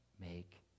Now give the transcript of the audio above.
make